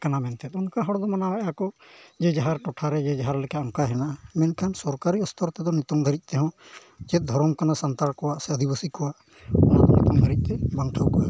ᱠᱟᱱᱟ ᱢᱮᱱᱛᱮᱫ ᱚᱱᱠᱟ ᱦᱚᱲ ᱢᱟᱱᱟᱣᱮᱜ ᱟᱠᱚ ᱡᱮ ᱡᱟᱦᱟᱨ ᱴᱚᱴᱷᱟ ᱨᱮᱜᱮ ᱡᱮ ᱡᱟᱦᱟᱮ ᱞᱮᱠᱟ ᱚᱱᱠᱟᱜᱮ ᱦᱮᱱᱟᱜᱼᱟ ᱢᱮᱱᱠᱷᱟᱱ ᱥᱚᱨᱠᱟᱨᱤ ᱚᱥᱛᱚᱨ ᱛᱮᱫᱚ ᱱᱤᱛᱚᱜ ᱫᱷᱟᱹᱨᱤᱡ ᱛᱮ ᱦᱚᱸ ᱪᱮᱫ ᱫᱷᱚᱨᱚᱢ ᱠᱟᱱᱟ ᱥᱟᱱᱛᱟᱲ ᱠᱚᱣᱟ ᱥᱮ ᱟᱹᱫᱤᱵᱟᱹᱥᱤ ᱠᱚᱣᱟᱜ ᱚᱱᱟ ᱫᱚ ᱱᱤᱛᱚᱜ ᱫᱷᱟᱹᱨᱤᱡᱛᱮ ᱵᱟᱝ ᱴᱷᱟᱹᱣᱠᱟᱹ ᱟᱠᱟᱱᱟ